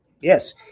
Yes